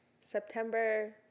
september